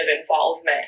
involvement